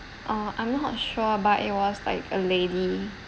uh I'm not sure but it was like a lady